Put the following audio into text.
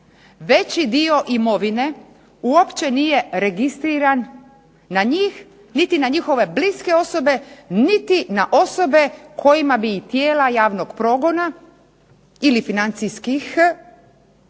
Veći dio imovine uopće nije registriran na njih niti na njihove bliske osobe niti na osobe kojima bi tijela javnog progona ili financijskih naših